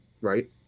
right